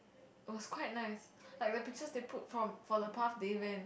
was quite nice like the pictures they put from for the path the event